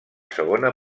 segona